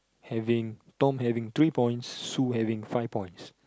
Having Tom having three points Sue having five points